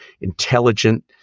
intelligent